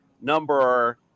number